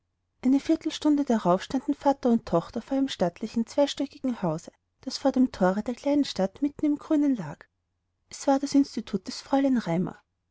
eine viertelstunde darauf standen vater und tochter vor einem stattlichen zweistöckigen hause das vor dem thore der kleinen stadt mitten im grünen lag es war das institut des fräulein